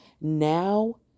now